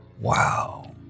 Wow